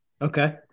Okay